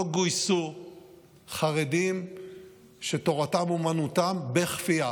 לא גויסו חרדים שתורתם אומנותם בכפייה.